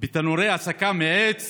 בתנורי הסקה בעץ